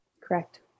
Correct